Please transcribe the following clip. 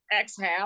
exhale